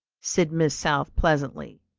said miss south pleasantly,